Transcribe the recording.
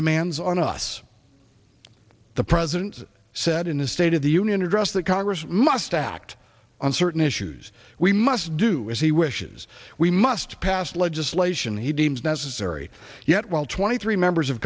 demands on us the president said in his state of the union address that congress must act on certain issues we must do as he wishes we must pass legislation he deems necessary yet while twenty three members of